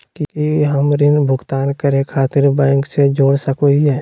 की हम ऋण भुगतान करे खातिर बैंक से जोड़ सको हियै?